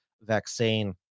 vaccine